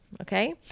okay